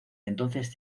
entonces